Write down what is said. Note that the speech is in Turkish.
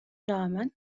rağmen